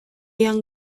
young